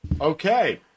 Okay